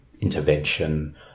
intervention